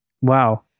wow